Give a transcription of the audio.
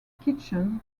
kitchen